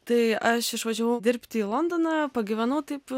tai aš išvažiavau dirbti į londoną pagyvenau taip